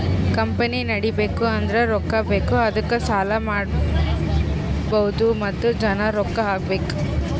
company ನಡಿಬೇಕ್ ಅಂದುರ್ ರೊಕ್ಕಾ ಬೇಕ್ ಅದ್ದುಕ ಸಾಲ ಮಾಡ್ಬಹುದ್ ಮತ್ತ ಜನ ರೊಕ್ಕಾ ಹಾಕಬೇಕ್